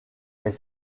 est